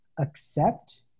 accept